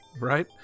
Right